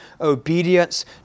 obedience